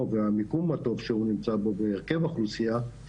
ובמיקום הטוב שהוא נמצא בו בהרכב האוכלוסייה,